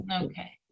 okay